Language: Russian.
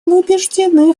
убеждены